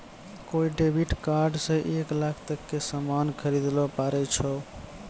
कोय debit card से एक लाख तक के सामान खरीदैल पारै छो